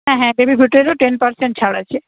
হ্যাঁ হ্যাঁ বেবি ফুডেরও টেন পারসেন্ট ছাড় আছে